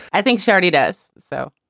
i think charity does so.